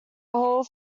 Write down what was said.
whole